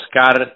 Oscar